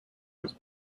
was